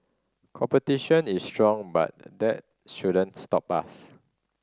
competition is strong but that shouldn't stop us